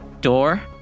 door